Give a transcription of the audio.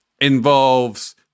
involves